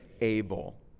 able